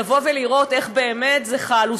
לבוא ולראות איך באמת זה חל.